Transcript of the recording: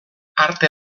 arte